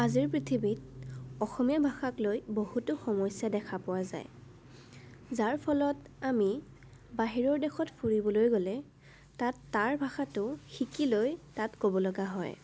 আজিৰ পৃথিৱীত অসমীয়া ভাষাক লৈ বহুতো সমস্যা দেখা পোৱা যায় যাৰ ফলত আমি বাহিৰৰ দেশত ফুৰিবলৈ গ'লে তাত তাৰ ভাষাটো শিকিলৈ তাত ক'ব লগা হয়